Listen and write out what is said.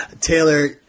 Taylor